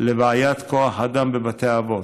לבעיית כוח האדם בבתי אבות.